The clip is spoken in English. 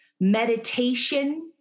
meditation